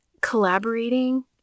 collaborating